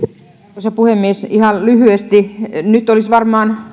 arvoisa puhemies ihan lyhyesti nyt olisi varmaan todellakin